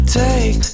take